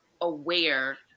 aware